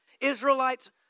Israelites